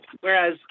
Whereas